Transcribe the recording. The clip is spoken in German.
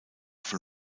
von